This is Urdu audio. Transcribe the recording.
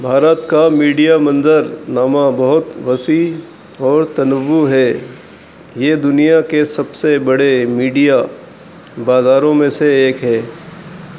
بھارت کا میڈیا منظر نامہ بہت وسیع اور تنوع ہے یہ دنیا کے سب سے بڑے میڈیا بازاروں میں سے ایک ہے